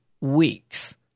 weeks